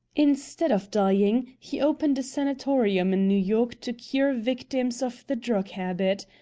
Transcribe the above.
instead of dying, he opened a sanatorium in new york to cure victims of the drug habit.